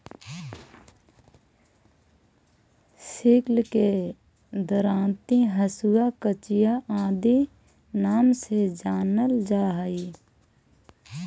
sickle के दरांति, हँसुआ, कचिया आदि नाम से जानल जा हई